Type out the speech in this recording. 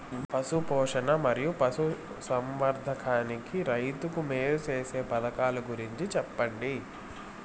పశు పోషణ మరియు పశు సంవర్థకానికి రైతుకు మేలు సేసే పథకాలు గురించి చెప్పండి?